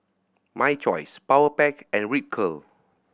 My Choice Powerpac and Ripcurl